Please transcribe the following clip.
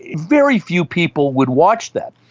very few people would watch that.